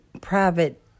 private